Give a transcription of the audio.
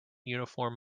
uniform